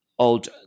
Old